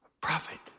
prophet